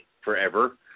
forever